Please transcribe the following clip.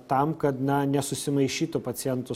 tam kad na nesusimaišytų pacientų